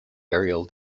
aerial